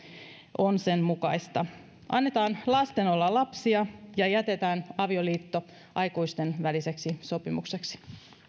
on sen mukaista annetaan lasten olla lapsia ja jätetään avioliitto aikuisten väliseksi sopimukseksi